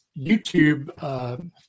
YouTube